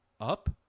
Up